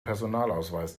personalausweis